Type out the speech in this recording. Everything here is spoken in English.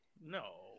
No